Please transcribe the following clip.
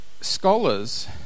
scholars